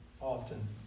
often